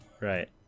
right